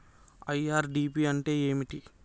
IRDP అంటే ఏమిటి?